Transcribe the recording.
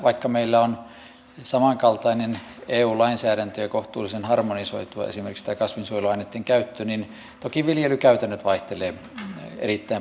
vaikka meillä on samankaltainen eu lainsäädäntö ja kohtuullisen harmonisoitua esimerkiksi tämä kasvinsuojeluaineitten käyttö niin toki viljelykäytännöt vaihtelevat erittäin paljon